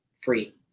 Free